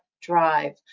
drive